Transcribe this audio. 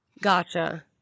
Gotcha